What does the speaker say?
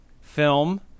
film